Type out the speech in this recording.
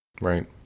Right